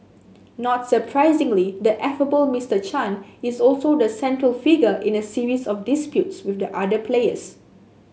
not surprisingly the affable Mister Chan is also the central figure in a series of disputes with the other players